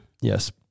Yes